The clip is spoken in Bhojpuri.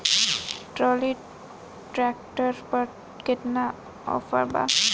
ट्राली ट्रैक्टर पर केतना ऑफर बा?